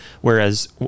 whereas